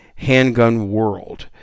HANDGUNWORLD